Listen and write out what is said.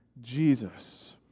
Jesus